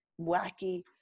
wacky